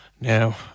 Now